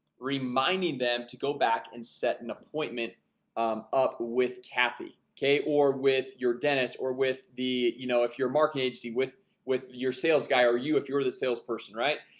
reminding them to go back and set an appointment up with kathy okay or with your dentist or with the you know if you're marking agency with with your sales guy or you if you're the sales person, right?